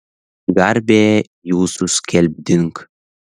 garbę jūsų skelbdink